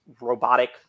robotic